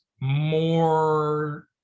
more